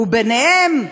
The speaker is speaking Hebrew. וביניהם,